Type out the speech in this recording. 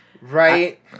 Right